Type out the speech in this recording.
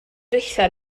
ddiwethaf